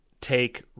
take